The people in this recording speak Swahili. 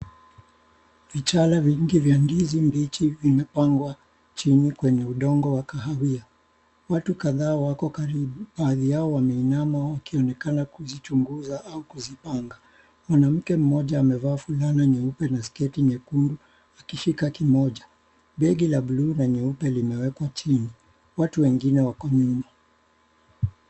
Vichala vingi vya ndizi mbichi vimepangwa chini kwenye udongo wa kahawia. Watu kadhaa wako karibu baadhi yao wameinama wakionekana kuzichunguza au kuzipanga. Mwanamke mmoja amevaa fulana nyeupe na sketi nyekundu akishika kimoja. Begi la buluu na nyeupe limewekwa chini. Watu wengine wako nyuma.